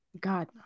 god